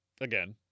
again